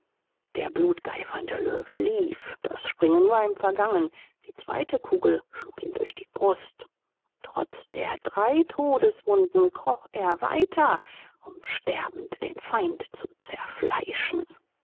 der blut geifernde löwe lief das springen war ihm vergangen die zweite kugel schlug ihm durch die brust trotz der drei todeswunden kroch er weiter um sterbend den feind zu zerfleischen